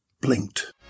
Blinked